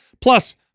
plus